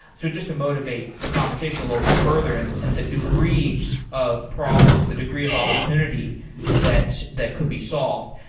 so just to motivate the conversation a little bit further and and the degree of problems, the degree of opportunity that that could be solved.